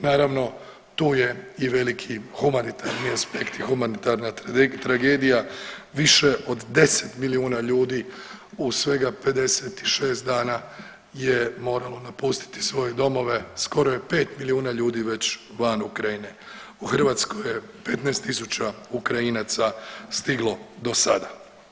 Naravno tu je i veliki humanitarni aspekt i humanitarna tragedija, više od 10 milijuna ljudi u svega 56 dana je moralo napustiti svoje domove, skoro je 5 milijuna ljudi već van Ukrajine, u Hrvatskoj je 15 tisuća Ukrajinaca stiglo do sada.